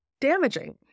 damaging